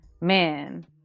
man